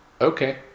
Okay